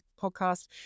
podcast